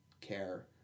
care